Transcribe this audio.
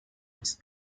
was